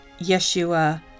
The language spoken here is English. yeshua